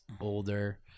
older